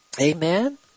Amen